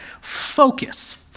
focus